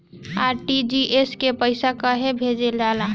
RTGS से पइसा कहे भेजल जाला?